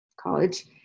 college